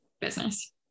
business